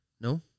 No